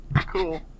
cool